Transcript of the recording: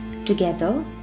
Together